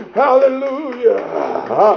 hallelujah